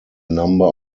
number